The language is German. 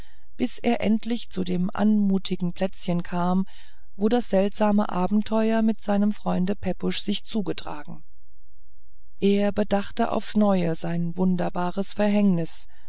bis er endlich zu dem anmutigen plätzchen kam wo das seltsame abenteuer mit seinem freunde pepusch sich zugetragen er bedachte aufs neue sein wunderbares verhängnis